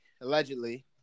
allegedly